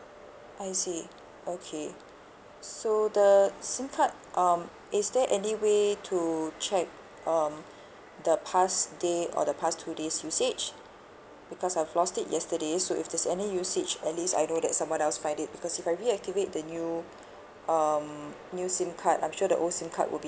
I see okay so the SIM card um is there any way to check um the past day or the past two days usage because I've lost it yesterday so if there's any usage at least I know that someone else find it because if I reactivate the new um new SIM card I'm sure the old SIM card would be